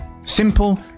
Simple